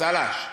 צל"ש.